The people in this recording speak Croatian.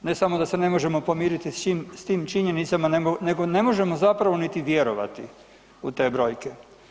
Ne samo da se ne možemo pomiriti s tim činjenicama nego ne možemo zapravo niti vjerovati u te brojke.